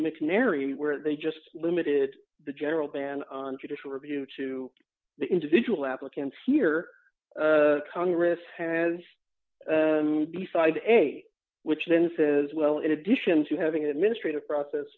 mcnairy where they just limited the general ban on judicial review to the individual applicants here congress has decide which then says well in addition to having an administrative process